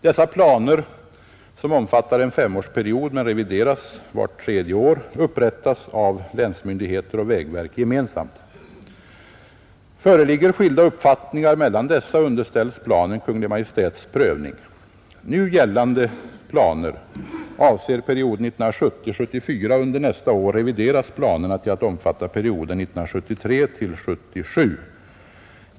Dessa planer, som omfattar en femårsperiod men revideras vart tredje år, upprättas av länsmyndigheter och vägverk gemensamt. Föreligger skilda uppfattningar mellan dessa, underställs planen Kungl. Maj:ts prövning. Nu gällande planer avser perioden 1970-1974, och under nästa år revideras planerna till att omfatta perioden 1973-1977.